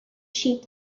sheep